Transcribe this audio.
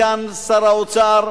סגן שר האוצר,